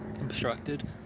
obstructed